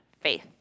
faith